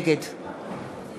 נגד